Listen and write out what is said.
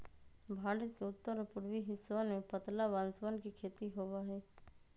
भारत के उत्तर और पूर्वी हिस्सवन में पतला बांसवन के खेती होबा हई